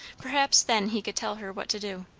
perhaps then he could tell her what to do.